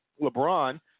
LeBron